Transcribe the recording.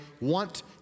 want